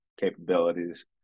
capabilities